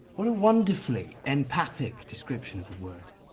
what a wonderfully empathic description of the word.